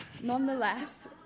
Nonetheless